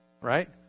right